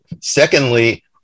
secondly